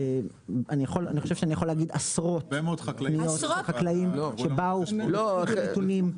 אני חושב שאני יכול להגיד עשרות פניות לחקלאים שבאו הציגו נתונים,